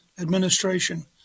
administration